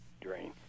drain